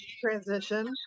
transition